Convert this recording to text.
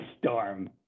storm